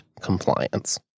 compliance